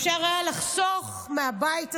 אפשר היה לחסוך מהבית הזה,